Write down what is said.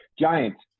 Giants